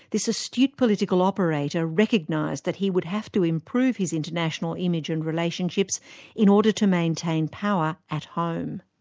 this astute political operator recognised that he would have to improve his international image and relationships in order to maintain power at home.